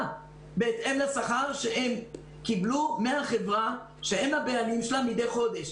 בהתאם לשכר שהם קיבלו מהחברה שהם הבעלים שלה מידי חודש.